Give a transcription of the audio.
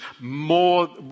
more